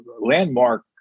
landmark